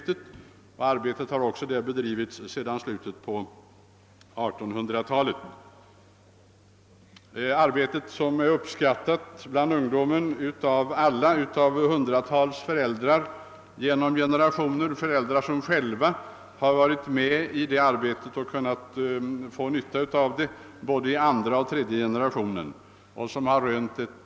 Det ungdomsarbetet har bedrivits sedan slutet av 1800-talet, och verksamheten har uppskattats mycket både av ungdomen och av hundratals föräldrar, som själva tidigare deltagit i arbetet i både andra och tredje generationen och haft stor nytta av det.